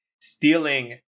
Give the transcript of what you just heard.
stealing